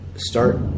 Start